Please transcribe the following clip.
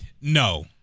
No